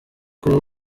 kuba